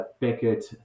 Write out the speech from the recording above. Beckett